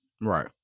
Right